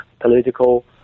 political